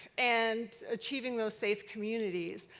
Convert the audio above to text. and achieving those safe communities.